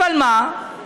אבל מה,